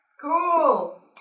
Cool